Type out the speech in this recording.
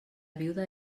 viuda